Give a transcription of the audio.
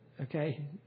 Okay